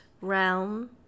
realm